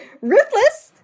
Ruthless